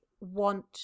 want